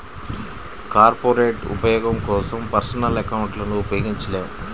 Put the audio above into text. corporate ఉపయోగం కోసం personal అకౌంట్లను ఉపయోగించలేము